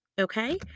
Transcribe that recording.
okay